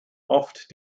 oft